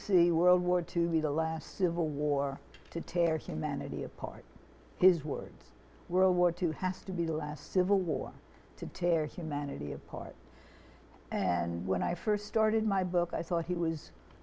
world war two be the last civil war to tear humanity apart his words world war two has to be the last civil war to tear humanity apart and when i first started my book i thought he was